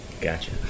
Gotcha